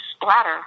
splatter